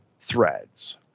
threads